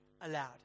aloud